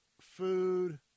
food